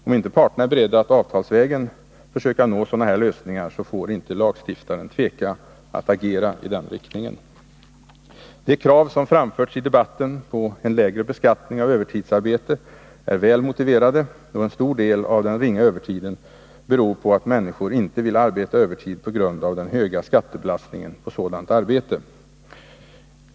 Om inte parterna är beredda att avtalsvägen försöka nå sådana lösningar, får lagstiftaren inte tveka att agera i den riktningen. De krav på en lägre beskattning av övertidsarbete som framförts i debatten är väl motiverade, då en stor del av den ringa övertiden beror på att människor inte vill arbeta övertid på grund av den höga skattebelastningen på sådant arbete.